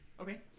Okay